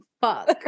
fuck